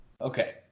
Okay